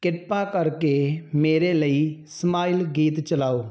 ਕਿਰਪਾ ਕਰਕੇ ਮੇਰੇ ਲਈ ਸਮਾਈਲ ਗੀਤ ਚਲਾਓ